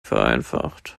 vereinfacht